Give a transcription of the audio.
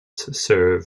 serve